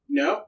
no